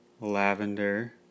lavender